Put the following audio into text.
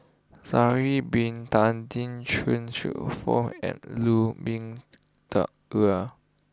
Sha'ari Bin Tadin Chuang Hsueh Fang and Lu Ming Teh Earl